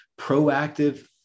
proactive